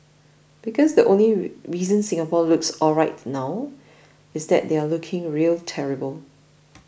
because the only ray reason Singapore looks alright now is that they are looking real terrible